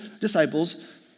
disciples